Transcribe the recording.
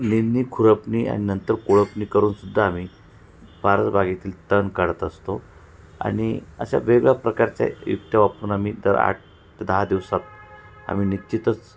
निंदणी खुरपणी आणि नंतर कोळपणी करून सुद्धा आम्ही परसबागेतील तण काढत असतो आणि अशा वेगळ्या प्रकारच्या युक्त्या वापरून आम्ही दर आठ ते दहा दिवसात आम्ही निश्चितच